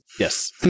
Yes